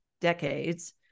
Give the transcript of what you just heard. decades